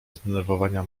zdenerwowania